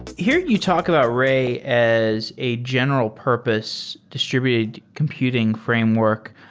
here you talk about ray as a general purpose distributed computing framework.